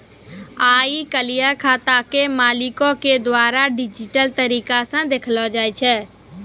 आइ काल्हि खाता के मालिको के द्वारा डिजिटल तरिका से देखलो जाय छै